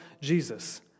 Jesus